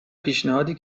پیشنهادی